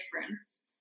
difference